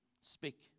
speak